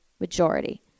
majority